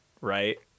right